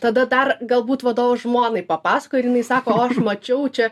tada dar galbūt vadovas žmonai papasakoja ir jinai sako o aš mačiau čia